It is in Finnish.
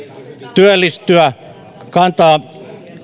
työllistyä kantaa